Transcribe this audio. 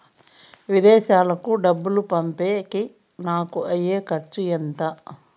విదేశాలకు డబ్బులు పంపేకి నాకు అయ్యే ఖర్చు ఎంత?